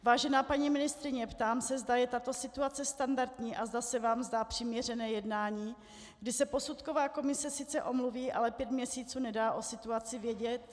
Vážená paní ministryně, ptám se, zda je tato situace standardní a zda se vám zdá přiměřené jednání, kdy se posudková komise sice omluví, ale pět měsíců nedá o situaci vědět.